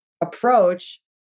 approach